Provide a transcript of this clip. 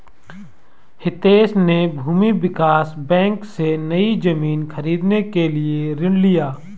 हितेश ने भूमि विकास बैंक से, नई जमीन खरीदने के लिए ऋण लिया